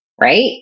right